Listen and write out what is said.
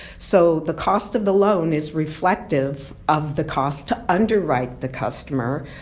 so the cost of the loan is reflective of the cost to underwrite the customer,